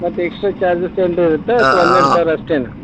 ಮತ್ತೆ extra charges ಏನಾರು ಇರುತ್ತಾ ಅಥ್ವಾ ಹನ್ನೆರಡು ಸಾವಿರ ಅಷ್ಟೆಯಾ